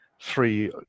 three